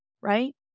right